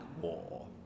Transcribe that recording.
war